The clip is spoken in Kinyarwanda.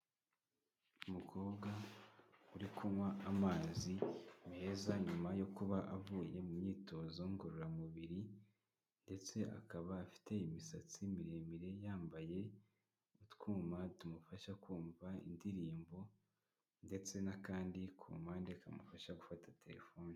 Umukobwa uri kunywa amazi meza nyuma yo kuba avuye mu myitozo ngororamubiri, ndetse akaba afite imisatsi miremire yambaye utwuma tumufasha kumva indirimbo, ndetse n'akandi ku mpande kamufasha gufata telefoni.